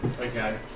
Okay